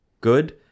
good